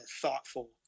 thoughtful